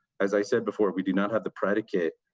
as i said, before we do not have the predicate,